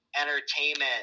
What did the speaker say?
entertainment